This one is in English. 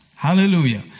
Hallelujah